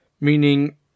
Meaning